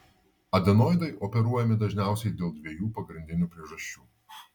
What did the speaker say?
adenoidai operuojami dažniausiai dėl dviejų pagrindinių priežasčių